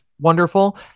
wonderful